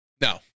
No